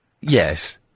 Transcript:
Yes